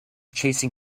chasing